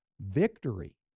victory